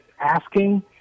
asking